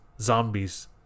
Zombies